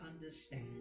understand